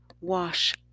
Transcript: wash